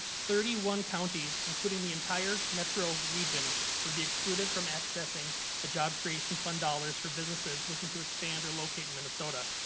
thirty one counties including the entire metro region would be excluded from accessing the job creation fund dollars per businesses looking to expand or locate it minnesota.